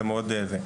זה מאוד זה.